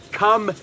come